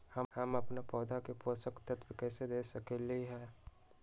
हम अपन पौधा के पोषक तत्व कैसे दे सकली ह?